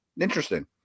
interesting